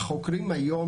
החוקרים היום,